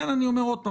לכן אני אומר שוב,